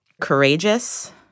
Courageous